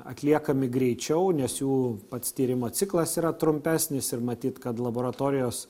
atliekami greičiau nes jų pats tyrimo ciklas yra trumpesnis ir matyt kad laboratorijos